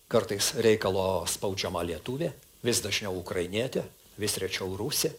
kartais reikalo spaudžiama lietuvė vis dažniau ukrainietė vis rečiau rusė